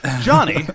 Johnny